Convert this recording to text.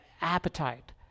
appetite